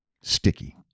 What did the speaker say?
sticky